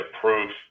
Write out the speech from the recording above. proof